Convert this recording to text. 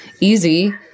easy